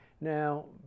Now